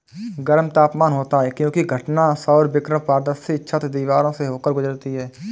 गर्म तापमान होता है क्योंकि घटना सौर विकिरण पारदर्शी छत, दीवारों से होकर गुजरती है